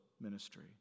ministry